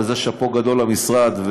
וזה שאפו גדול למשרד,